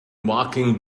walking